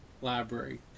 library